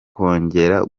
kongera